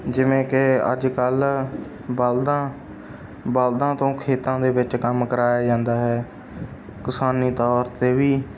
ਜਿਵੇਂ ਕਿ ਅੱਜ ਕੱਲ੍ਹ ਬਲਦਾਂ ਬਲਦਾਂ ਤੋਂ ਖੇਤਾਂ ਦੇ ਵਿੱਚ ਕੰਮ ਕਰਵਾਇਆ ਜਾਂਦਾ ਹੈ ਕਿਸਾਨੀ ਤੌਰ 'ਤੇ ਵੀ